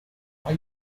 are